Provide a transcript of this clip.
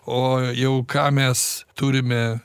o jau ką mes turime